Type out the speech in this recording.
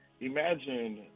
Imagine